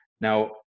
now